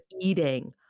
eating